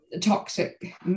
toxic